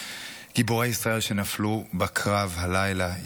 גיבורי ישראל שנפלו בקרב הלילה.